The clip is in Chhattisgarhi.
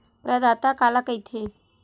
प्रदाता काला कइथे?